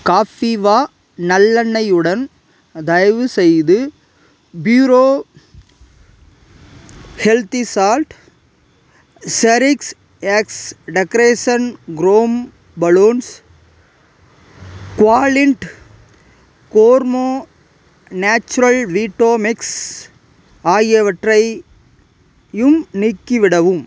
காஃபீவா நல்லெண்ணெயுடன் தயவுசெய்து ப்யூரோ ஹெல்த்தி சால்ட் செரிக்ஸ்எக்ஸ் டெக்ரேஷன் க்ரோம் பலூன்ஸ் க்வாலின்ட் கோர்மோ நேச்சுரல் வீட்டோ மிக்ஸ் ஆகியவற்றையும் நீக்கிவிடவும்